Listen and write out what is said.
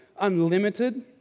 unlimited